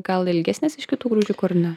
gal ilgesnis iš kitų graužikų ar ne